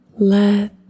Let